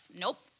nope